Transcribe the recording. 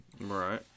Right